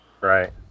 Right